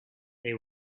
they